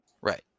Right